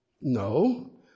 No